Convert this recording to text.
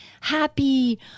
happy